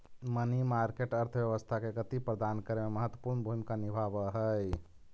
money market अर्थव्यवस्था के गति प्रदान करे में महत्वपूर्ण भूमिका निभावऽ हई